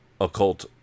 occult